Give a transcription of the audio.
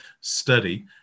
study